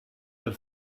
that